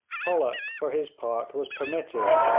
pollock, for his part, was permitted,